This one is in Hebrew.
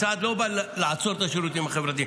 הצעד לא בא לעצור את השירותים החברתיים.